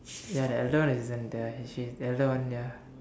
ya the elder one isn't there she the elder one ya